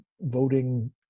voting